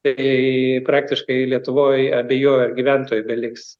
tai praktiškai lietuvoj abejoju ar gyventojų beliks